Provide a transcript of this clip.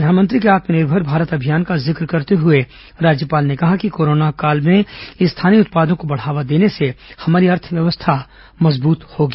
प्रधानमंत्री के आत्मनिर्भर भारत अभियान का जिक्र करते हुए राज्यपाल ने कहा कि कोरोना काल में स्थानीय उत्पादों को बढ़ावा देने से हमारी अर्थव्यवस्था मजबूत होगी